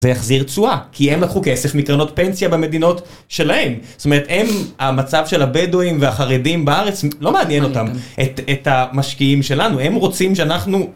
זה יחזיר תשואה, כי הם לקחו כסף מקרנות פנסיה במדינות שלהם, זאת אומרת הם, המצב של הבדואים והחרדים בארץ לא מעניין אותם את המשקיעים שלנו, הם רוצים שאנחנו